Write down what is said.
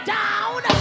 down